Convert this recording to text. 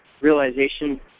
realization